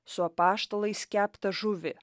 su apaštalais keptą žuvį